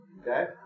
Okay